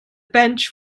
bench